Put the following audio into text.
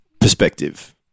perspective